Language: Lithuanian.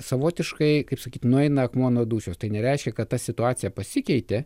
savotiškai kaip sakyt nueina akmuo nuo dūšios tai nereiškia kad ta situacija pasikeitė